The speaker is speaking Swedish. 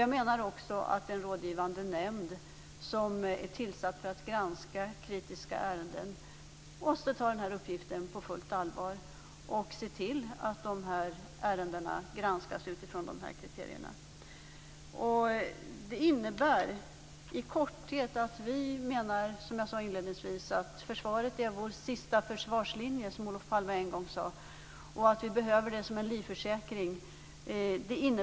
Det finns också en rådgivande nämnd som är tillsatt för att granska kritiska ärenden. Nämnden måste ta sin uppgift på fullt allvar och granska ärendena utifrån dessa kriterier. I korthet innebär det att försvaret är vår sista försvarslinje, som Olof Palme en gång sade. Vi behöver försvaret som en livförsäkring.